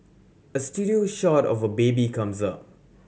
a studio shot of a baby comes up